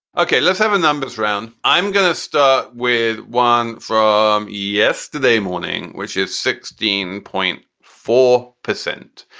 ok. let's have a numbers round. i'm going to start with one from yesterday morning, which is sixteen point four percent.